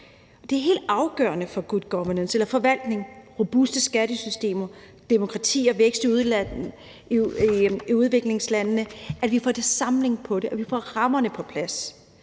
Det er helt afgørende for good governance eller forvaltning, robuste skattesystemer, demokrati og vækst i udviklingslandene, at vi får samling på det, at vi får rammerne på plads.